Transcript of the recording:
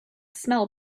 smell